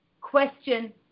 question